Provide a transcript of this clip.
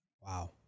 Wow